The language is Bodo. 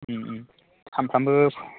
सानफ्रोमबो